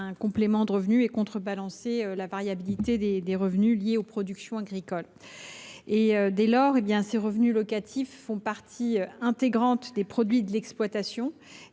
complément de ressources et de contrebalancer la variabilité des recettes liées aux productions agricoles. Dès lors, ces revenus sont partie intégrante des produits de l’exploitation